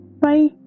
Bye